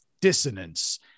dissonance